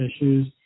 issues